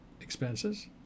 expenses